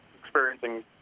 experiencing